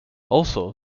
also